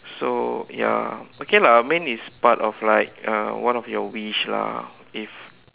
so ya okay lah I mean it's part of like uh one of your wish lah if